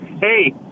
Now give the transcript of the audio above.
Hey